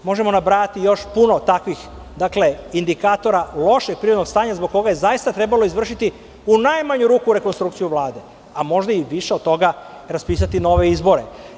Možemo nabrajati još puno takvih indikatora lošeg privrednog stanja zbog koga je trebalo izvršiti u najmanju ruku rekonstrukciju Vlade, a možda i više od toga, raspisati nove izbore.